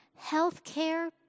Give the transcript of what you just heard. healthcare